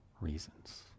reasons